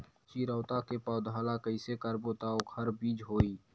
चिरैता के पौधा ल कइसे करबो त ओखर बीज होई?